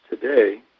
today